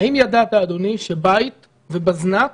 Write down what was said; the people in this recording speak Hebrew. האם ידעת, אדוני, שבית ובזנ"ט